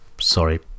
sorry